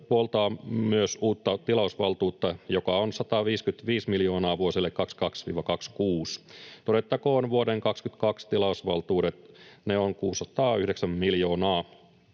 puoltaa myös uutta tilausvaltuutta, joka on 155 miljoonaa vuosille 22—26. Todettakoon vuoden 22 tilausvaltuudet: ne ovat 609 miljoonaa.